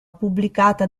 pubblicata